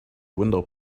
window